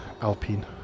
Alpine